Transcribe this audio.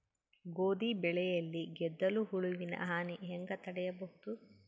ಗೋಧಿ ಬೆಳೆಯಲ್ಲಿ ಗೆದ್ದಲು ಹುಳುವಿನ ಹಾನಿ ಹೆಂಗ ತಡೆಬಹುದು?